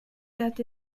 that